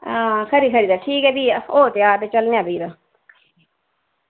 हां खरी खरी ते ठीक ऐ फ्ही होवो त्यार ते चलने आं फ्ही तां